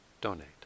donate